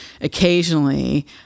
occasionally